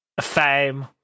fame